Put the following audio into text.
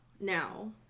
now